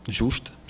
justa